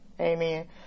Amen